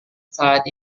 saat